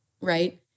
right